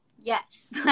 yes